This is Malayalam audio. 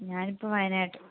ഞാനിപ്പോൾ വയനാട്